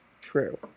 True